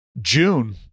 June